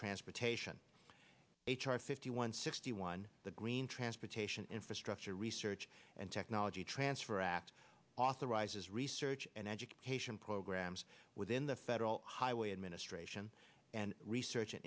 transportation h r fifty one sixty one the green transportation infrastructure research and technology transfer act authorizes research and education programs within the federal highway administration and research